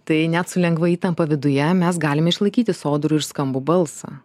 tai net su lengva įtampa viduje mes galime išlaikyti sodrų ir skambų balsą